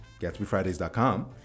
GatsbyFridays.com